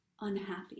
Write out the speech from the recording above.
unhappy